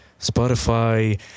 Spotify